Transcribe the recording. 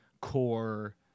core